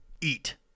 eat